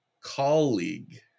Colleague